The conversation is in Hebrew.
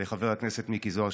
לחבר הכנסת מיקי זוהר,